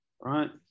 right